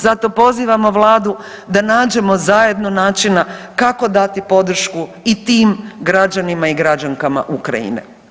Zato pozivamo vladu da nađemo zajedno načina kako dati podršku i tim građanima i građankama Ukrajine.